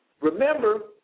remember